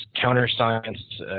counter-science